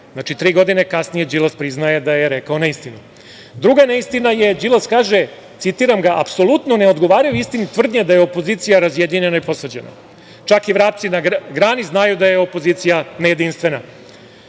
Znači, tri godine kasnije Đilas priznaje da je rekao neistinu. Druga neistina je, Đilas kaže: "Apsolutno ne odgovaraju istini tvrdnje da je opozicija razjedinjena i posvađana. Čak i vrapci na grani znaju da je opozicija nejedinstvena".